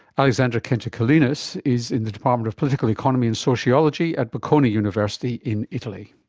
alexander kentikelenis is in the department of political economy and sociology at bocconi university in italy.